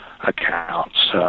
accounts